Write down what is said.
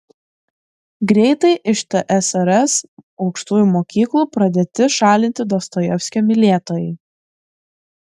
greitai iš tsrs aukštųjų mokyklų pradėti šalinti dostojevskio mylėtojai